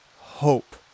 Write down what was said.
hope